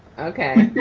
okay.